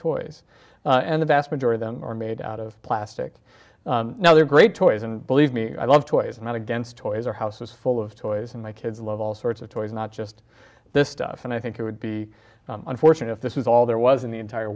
toys and the vast majority then are made out of plastic now they're great toys and believe me i love toys and not against toys or house was full of toys and my kids love all sorts of toys not just this stuff and i think it would be unfortunate if this is all there was in the entire